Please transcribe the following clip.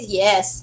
yes